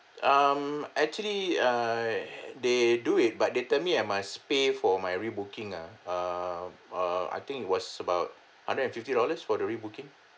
um actually err they do it but they tell me I must pay for my re-booking ah um uh I think it was about hundred and fifty dollars for the re-booking